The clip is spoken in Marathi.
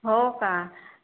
हो का